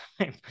time